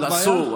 אסור.